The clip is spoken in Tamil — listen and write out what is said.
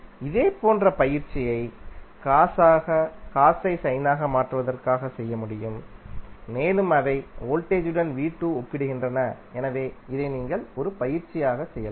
இதேபோன்ற பயிற்சியை காஸை சைனாக மாற்றுவதற்காக செய்ய முடியும் மேலும் அவை வோல்டேஜ் உடன் ஒப்பிடுகின்றன எனவே இதை நீங்கள் ஒரு பயிற்சியாக செய்யலாம்